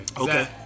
Okay